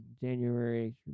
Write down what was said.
January